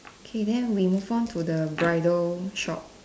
K then we move on to the bridal shop